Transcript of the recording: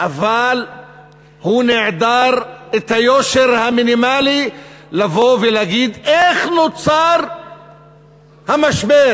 אבל הוא נעדר את היושר המינימלי לבוא ולהגיד איך נוצר המשבר,